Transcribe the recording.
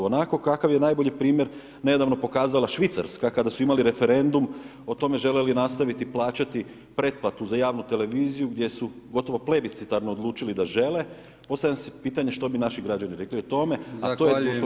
Onakvo kakav je najbolji primjer nedavno pokazala Švicarska kada su imali referendum o tome žele li nastaviti plaćati pretplatu za javnu televiziju gdje su gotovo plebiscitarno odlučili da žele, postavljam si pitanje što bi naši građani rekli o tome, a to je … kakvom težimo.